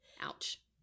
Ouch